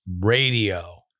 radio